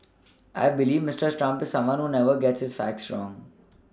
I believe Mister Trump is someone who never gets his facts wrong